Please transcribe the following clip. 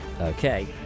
Okay